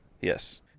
Yes